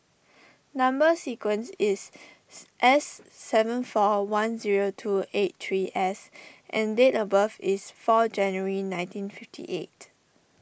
Number Sequence is S seven four one zero two eight three S and date of birth is four January nineteen fifty eight